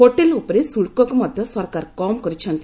hotel ଉପରେ ଶୁଲ୍କକୁ ମଧ୍ୟ ସରକାର କମ୍ କରିଛନ୍ତି